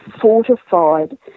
fortified